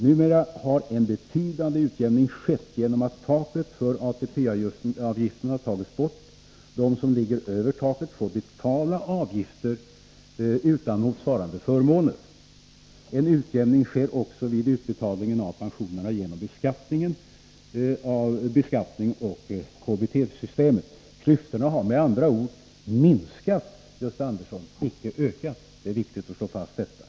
Numera har en betydande utjämning skett genom att taket för ATP-avgiften har tagits bort. De som ligger över taket får betala avgifter utan motsvarande förmåner. En utjämning sker också vid utbetalningen av pensionerna genom beskattningen och KBT-systemet. Klyftorna har med andra ord minskat, Gösta Andersson, icke ökat. Det är viktigt att slå fast detta.